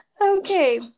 Okay